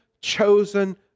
chosen